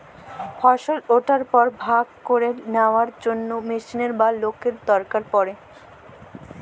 ফসল উঠার পর ভাগ ক্যইরে লিয়ার জ্যনহে মেশিলের বা লকদের দরকার পড়ে